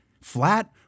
Flat